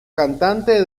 cantante